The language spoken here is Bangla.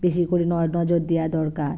বেশি করে নজর দেওয়া দরকার